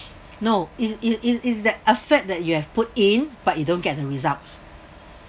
no it's it's it's is the effort that you have put in but you don't get the results